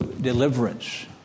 deliverance